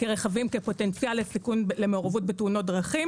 כרכבים בעלי פוטנציאל למעורבות בתאונות דרכים.